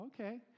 okay